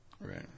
Right